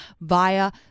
via